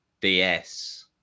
DS